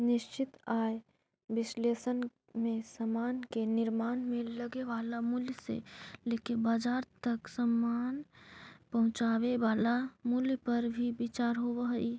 निश्चित आय विश्लेषण में समान के निर्माण में लगे वाला मूल्य से लेके बाजार तक समान पहुंचावे वाला मूल्य पर भी विचार होवऽ हई